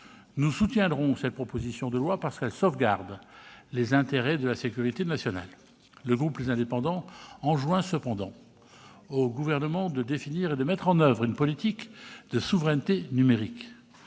Nous soutiendrons cette proposition de loi, parce qu'elle sauvegarde les intérêts de la sécurité nationale. Le groupe Les Indépendants enjoint cependant le Gouvernement de définir et de mettre en oeuvre une politique de souveraineté numérique.